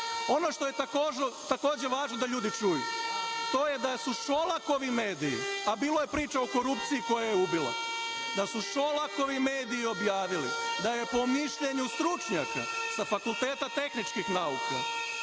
što je takođe važno da ljudi čuju to je da su Šolakovi mediji, a bilo je priče o korupciji koja je ubila, da su Šolakovi mediji objavili da je po mišljenju stručnjaka sa Fakulteta tehničkih nauka,